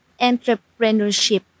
entrepreneurship